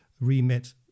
remit